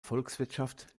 volkswirtschaft